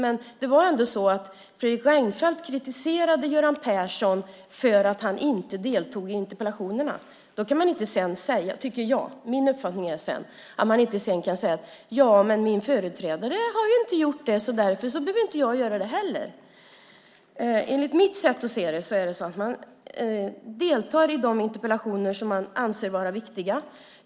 Men Fredrik Reinfeldt kritiserade Göran Persson för att han inte deltog i interpellationsdebatter. Då kan han sedan inte gärna säga: Ja, men min företrädare gjorde det ju inte, och därför behöver inte heller jag göra det. Enligt mitt sätt att se det deltar man i de interpellationer som man anser vara viktiga.